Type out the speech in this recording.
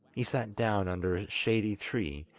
he sat down under a shady tree,